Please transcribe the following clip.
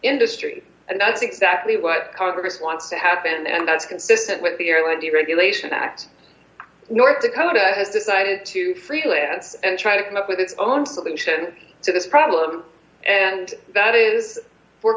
industry and that's exactly what congress wants to have and that's consistent with the airline deregulation act north dakota has decided to freelance and try to come up with its own solution to this problem and that is we're